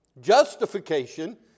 Justification